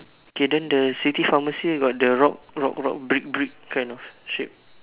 okay then the city pharmacy got the rock rock rock brick brick kind of shape